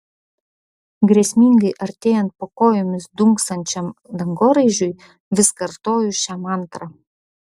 grėsmingai artėjant po kojomis dunksančiam dangoraižiui vis kartoju šią mantrą